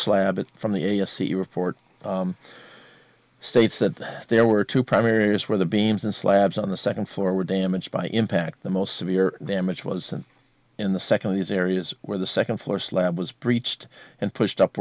slab from the a s c report states that there were two primary areas where the beams and slabs on the second floor were damaged by impact the most severe damage wasn't in the second these areas where the second floor slab was breached and pushed up